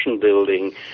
building